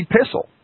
epistle